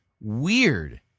Weird